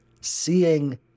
seeing